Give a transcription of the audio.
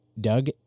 Doug